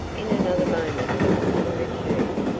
in another moment the woman returned.